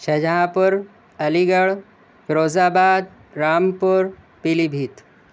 Shahjahan Aligarh Firozabad Rampur پیلی بھیت